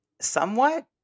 Somewhat